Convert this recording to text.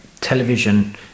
television